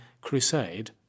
crusade